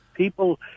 People